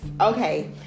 Okay